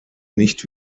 nicht